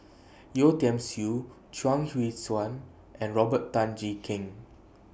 Yeo Tiam Siew Chuang Hui Tsuan and Robert Tan Jee Keng